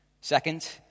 Second